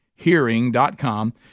Hearing.com